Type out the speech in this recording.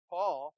Paul